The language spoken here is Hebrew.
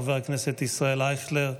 חבר הכנסת ישראל אייכלר,